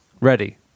ready